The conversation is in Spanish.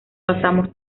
pasamos